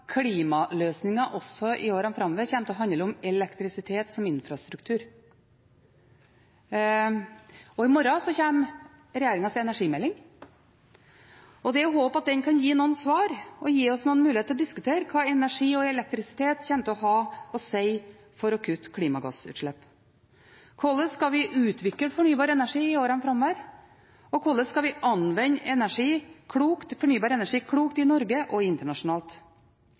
også i åra framover kommer til å handle om elektrisitet som infrastruktur. I morgen kommer regjeringens energimelding, og det er å håpe at den kan gi noen svar, gi oss noen muligheter til å diskutere hva energi og elektrisitet kommer til å ha å si for å kutte klimagassutslipp. Hvordan skal vi utvikle fornybar energi i åra framover? Hvordan skal vi anvende fornybar energi klokt i Norge og internasjonalt?